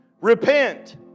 Repent